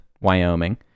wyoming